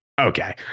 okay